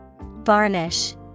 Varnish